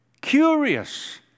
Curious